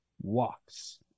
walks